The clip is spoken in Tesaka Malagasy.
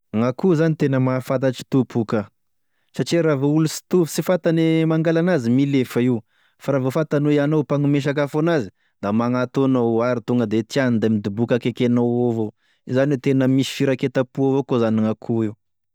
Gn'akoho zany tena mahafantatry tompo io ka, satria raha vao olo sy to- sy fantany mangala an'azy milefa io, fa raha vao fantany hoe anao mpagnome sakafo an'azy da magnanto anao ary tonga de tiany da midoboky akaiky anao eo avao, izany hoe tena misy firaiketam-po avao koa zany gn'akoho eo.